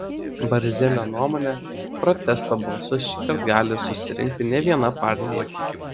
barzelio nuomone protesto balsus šįkart gali susirinkti ne viena partija